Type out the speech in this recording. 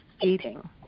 eating